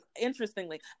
interestingly